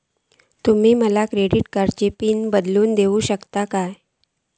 तुमी माका क्रेडिट कार्डची पिन बदलून देऊक शकता काय?